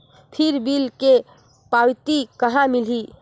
फिर बिल के पावती कहा मिलही?